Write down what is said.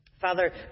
Father